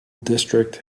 district